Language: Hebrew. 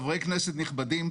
חברי כנסת נכבדים,